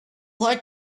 like